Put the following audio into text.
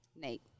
Nate